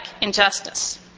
injustice